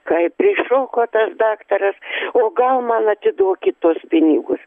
kai prišoko tas daktaras o gal man atiduok tuos pinigus